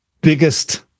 biggest